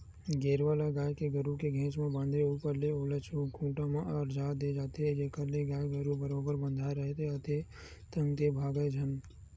गेरवा ल गाय गरु के घेंच म बांधे ऊपर ले ओला खूंटा म अरझा दे जाथे जेखर ले गाय गरु ह बरोबर बंधाय राहय अंते तंते भागय झन